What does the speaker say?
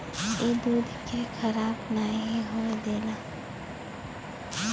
ई दूध के खराब नाही होए देला